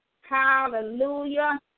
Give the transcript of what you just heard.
Hallelujah